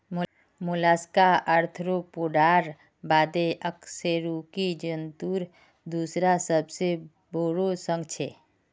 Mollusca आर्थ्रोपोडार बादे अकशेरुकी जंतुर दूसरा सबसे बोरो संघ छे